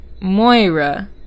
Moira